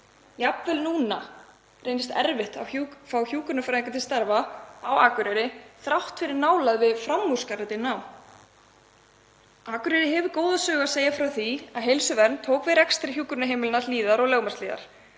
Jafnvel núna reynist erfitt að fá hjúkrunarfræðinga til starfa á Akureyri þrátt fyrir nálægð við framúrskarandi nám. Akureyri hefur góða sögu að segja af því þegar Heilsuvernd tók við rekstri hjúkrunarheimilanna Hlíðar og Lögmannshlíðar.